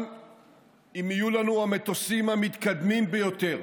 הוא דורש לקחת סיכונים לפגיעה